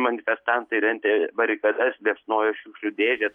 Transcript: manifestantai rentė barikadas liepsnojo šiukšlių dėžės